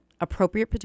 appropriate